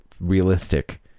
realistic